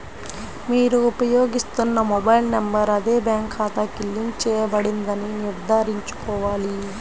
మీరు ఉపయోగిస్తున్న mobile number అదే బ్యాంక్ ఖాతాకు లింక్ చేయబడిందని నిర్ధారించుకోవాలి